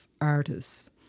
artists